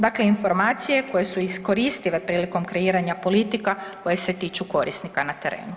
Dakle, informacije koje su iskoristive prilikom kreiranja politika koje se tiču korisnika na terenu.